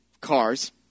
cars